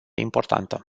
importantă